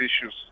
issues